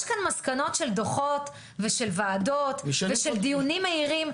יש כאן מסקנות של דוחות ושל וועדות ושל דיונים מהירים,